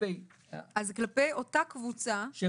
כלפי --- אז כלפי אותה קבוצה של